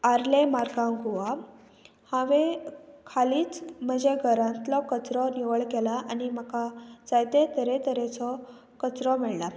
early मार्गां गोवा हांवें हालीच म्हज्या घरांतलो कचरो निवळ केला आनी म्हाका जायते तरेतरेचो कचरो मेळ्ळां